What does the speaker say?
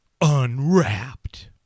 unwrapped